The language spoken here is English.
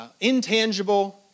intangible